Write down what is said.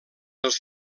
pels